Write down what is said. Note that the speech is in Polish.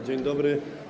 Dzień dobry.